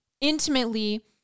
intimately